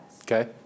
Okay